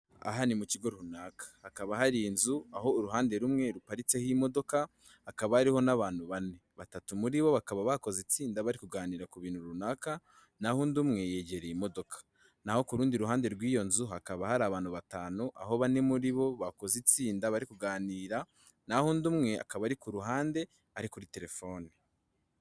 Aha ni mu kigo runaka. Hakaba hari inzu aho uruhande rumwe ruparitseho imodoka, hakaba ariho n'abantu bane. Batatu muri bo bakaba bakoze itsinda bari kuganira ku bintu runaka, naho undi umwe yegereye imodoka. Naho ku rundi ruhande rw'iyo nzu hakaba hari abantu batanu, aho bane muri bo bakoze itsinda bari kuganira, naho undi umwe akaba ari ku ruhande ari kuri telefone.